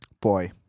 Boy